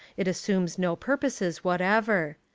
it assumes no purposes whatever.